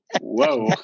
Whoa